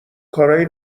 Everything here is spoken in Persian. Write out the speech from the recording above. کارای